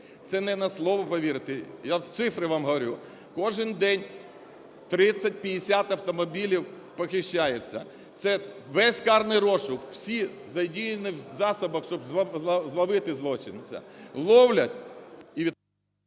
це не на слово повірте, я цифри вам говорю, кожен день 30-50 автомобілів похищається. Це весь карний розшук, всі, зайдіть, в задіяні в засобах, щоб зловити злочинця. Ловлять і …